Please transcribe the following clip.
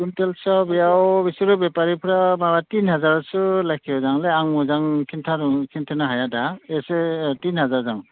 कुविन्टेलसेयाव बेयाव बिसोरो बेपारिफोरा माबा तिन हाजारसो लाखियोजांलै आं मोजां खिन्था रोङा खिन्थानो हाया दा एसे तिन हाजारजां